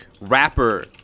rapper